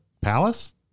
palace